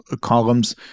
columns